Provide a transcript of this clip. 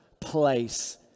place